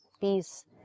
peace